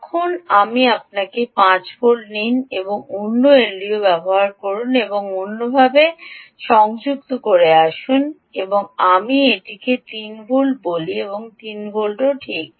এবং আপনি এখানে পাওয়া যায় একই 5 ভোল্ট নিন এবং অন্য এলডিও ব্যবহার করুন এবং অন্যান্য বোঝা এইভাবে সংযুক্ত করুন আসুন আমরা এটি 3 ভোল্ট বলি এটি 3 ভোল্টও ঠিক